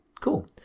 Cool